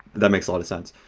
that makes a lot of sense.